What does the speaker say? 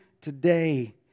today